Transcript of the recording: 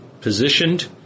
positioned